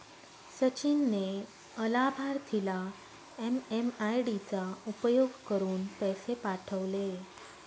सचिन ने अलाभार्थीला एम.एम.आय.डी चा उपयोग करुन पैसे पाठवले